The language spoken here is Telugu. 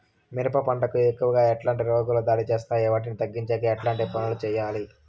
మిరప పంట కు ఎక్కువగా ఎట్లాంటి రోగాలు దాడి చేస్తాయి వాటిని తగ్గించేకి ఎట్లాంటి పనులు చెయ్యాలి?